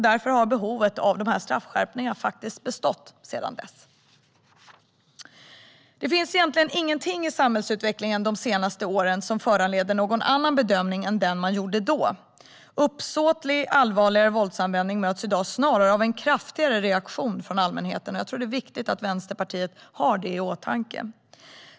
Därför har behovet av dessa straffskärpningar bestått. Det finns egentligen ingenting i samhällsutvecklingen de senaste åren som föranleder någon annan bedömning än den man gjorde i samband med 2010 års reform. Uppsåtlig allvarligare våldsanvändning möts i dag snarare av en kraftigare reaktion från allmänheten. Jag tror att det är viktigt att Vänsterpartiet har det i åtanke.